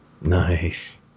nice